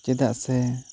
ᱪᱮᱫᱟᱜ ᱥᱮ